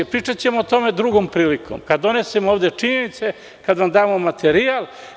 Pričaćemo o tome drugom prilikom, kada donesemo ovde činjenice, kada vam damo materijal.